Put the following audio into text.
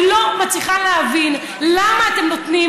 אני לא מצליחה להבין למה אתם נותנים